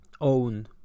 own